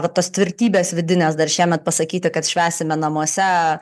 vat tos tvirtybės vidinės dar šiemet pasakyti kad švęsime namuose